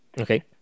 Okay